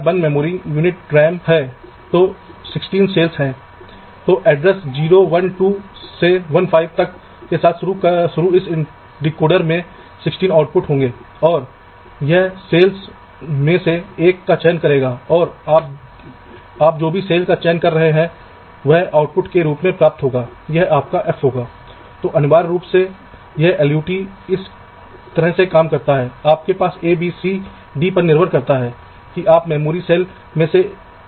इसलिए जटिल पथ को खोजने के लिए आप इस तरह के एक लाइन एल्गोरिथ्म का उपयोग कर सकते हैं यदि यह उपलब्ध हैं क्योंकि यदि आपको याद है कि ली का एल्गोरिथ्म हमेशा पथ ढूँढेगा